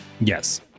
Yes